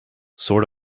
sort